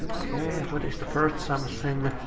and what is the first something?